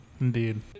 Indeed